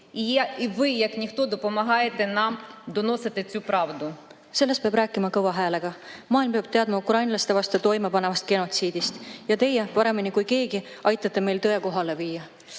Sellest peab rääkima kõva häälega. Maailm peab teadma ukrainlaste vastu toimepandavast genotsiidist ja teie paremini kui keegi teine aitate meil tõe [maailma] viia.